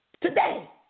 today